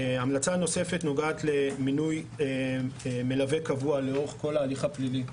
המלצה נוספת למינוי מלווה קבוע לאורך כל ההליך הפלילי.